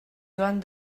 joan